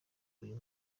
uyu